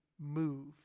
move